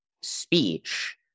speech